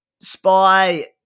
Spy